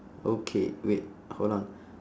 okay wait hold on